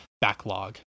backlog